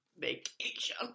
vacation